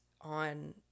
on